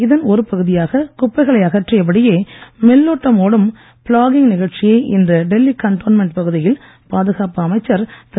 இதன் ஒரு பகுதியாக குப்பைகளை அகற்றிய படியே மெல்லோட்டம் ஓடும் ப்ளாக்கிங் நிகழ்ச்சியை இன்று டெல்லி கண்டோன்மென்ட் பகுதியில் பாதுகாப்பு அமைச்சர் திரு